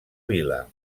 vila